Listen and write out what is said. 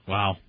Wow